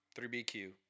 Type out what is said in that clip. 3BQ